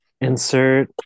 Insert